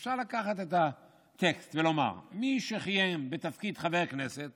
אפשר לקחת את הטקסט ולומר: מי שכיהן בתפקיד חבר כנסת